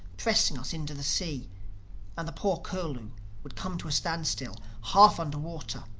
pressing us into the sea and the poor curlew would come to a standstill, half under water,